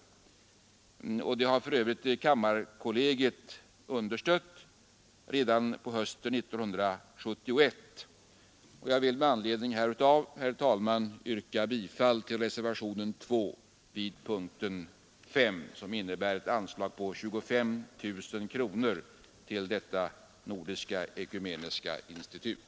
Detta förslag understödde för övrigt kammarkollegiet redan hösten 1971. Jag vill med anledning härav, herr talman, yrka bifall till reservationen 2 vid punkten 5, där vi hemställer om ett anslag på 25 000 kronor till detta nordiska ekumeniska institut.